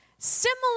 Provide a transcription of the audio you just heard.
Similar